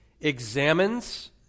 examines